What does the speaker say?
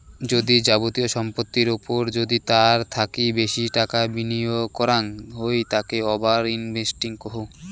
যদি যাবতীয় সম্পত্তির ওপর যদি তার থাকি বেশি টাকা বিনিয়োগ করাঙ হই তাকে ওভার ইনভেস্টিং কহু